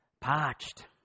parched